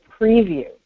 preview